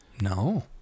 No